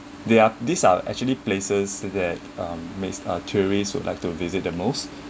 there are these are actually places that um makes a tourist would like to visit the most